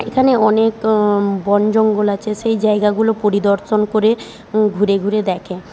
এখানে অনেক বন জঙ্গল আছে সেই জায়গাগুলি পরিদর্শন করে ঘুরে ঘুরে দেখে